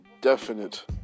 definite